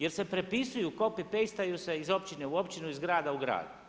Jer se prepisuju coppy paste-ju se iz općine u općinu, iz grada u grad.